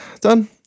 done